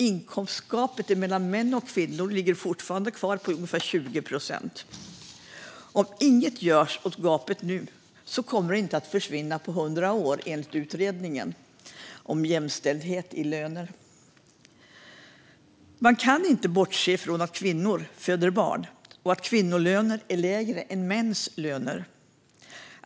Inkomstgapet mellan män och kvinnor ligger fortfarande på ungefär 20 procent. Om inget görs åt gapet nu kommer det inte att försvinna förrän om 100 år, enligt den utredning som gjorts om jämställda löner. Man kan inte bortse ifrån att kvinnor föder barn och att kvinnors löner är lägre än mäns.